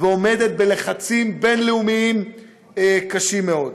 ועומדת בלחצים בין-לאומיים קשים מאוד.